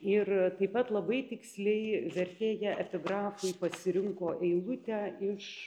ir taip pat labai tiksliai vertėja epigrafui pasirinko eilutę iš